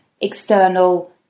external